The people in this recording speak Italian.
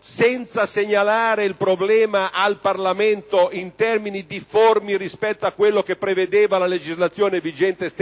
senza segnalare il problema al Parlamento, in termini difformi rispetto a quanto previsto dalla stessa legislazione vigente?